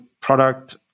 product